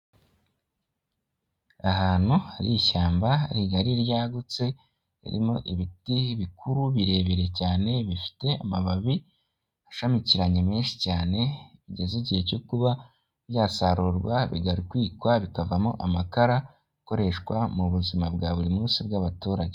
Ahantu hari ishyamba rigari ryagutse, ririmo ibiti bikuru birebire cyane bifite amababi ashamikiranye menshi cyane, bigeze igihe cyo kuba byasarurwa bigatwikwa bikavamo amakara, akoreshwa mu buzima bwa buri munsi bw'abaturage.